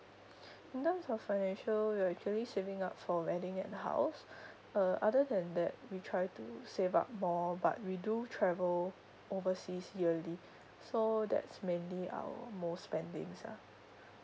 in terms of financial we're actually saving up for wedding and house err other than that we try to save up more but we do travel overseas yearly so that's mainly our most spendings ah